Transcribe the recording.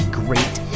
great